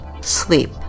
sleep